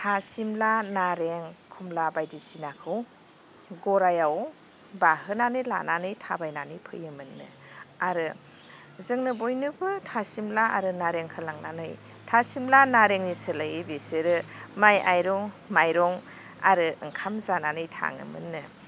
था सिमला नारें कमला बायदिसिनाखौ गरायआव बाहोनानै लानानै थाबायनानै फैयोमोन नो आरो जोंनो बयनोबो था सिमला आरो नारें होलांनानै थासिमला नारेंनि सोलायै बिसोरो माइ आइरं माइरं आरो ओंखाम जानानै थाङोमोननो